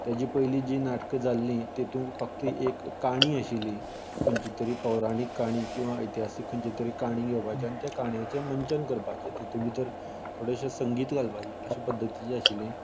तेजे पयलीं जीं नाटकां जाल्लीं तितूंक फक्त एक काणी आशिल्ली खंयची तरी पौराणीक काणी किंवां इतिहासीक खंयची तरी काणयो घेवपाचें आनी त्या काणयांचें मंचन करपाचें तितूंत भितर थोडेशेंच संगीत घालपाचें अशें पद्दतीन जी आशिल्ली